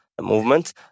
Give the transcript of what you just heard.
movement